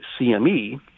CME